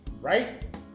Right